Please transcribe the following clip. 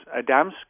Adamski